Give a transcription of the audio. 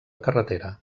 carretera